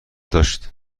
داشت